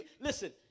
listen